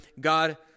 God